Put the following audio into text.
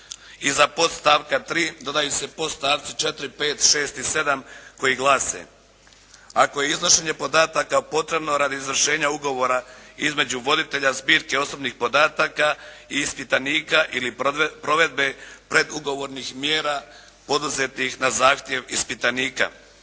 Iza podstavka 3. dodaju se podstavci 4., 5., 6. i 7. koji glase: "Ako je iznošenje podataka potrebno radi izvršenja ugovora između voditelja zbirke osobnih podataka i ispitanika ili provedbe predugovornih mjera poduzetih na zahtjev ispitanika.